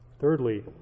Thirdly